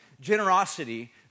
generosity